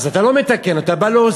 אז אתה לא מתקן, אתה בא להוסיף.